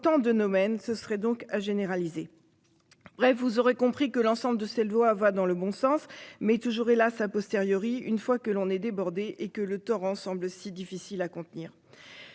dans tant de Nomen. Ce serait donc à généraliser. Près, vous aurez compris que l'ensemble de ces lois va dans le bon sens mais toujours hélas a posteriori, une fois que l'on est débordé et que le Torrent semble si difficile à contenir.